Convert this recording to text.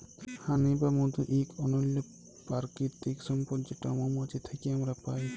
হানি বা মধু ইক অনল্য পারকিতিক সম্পদ যেট মোমাছি থ্যাকে আমরা পায়